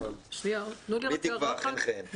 כולי תקווה, חן חן.